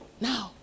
Now